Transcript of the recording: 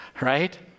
right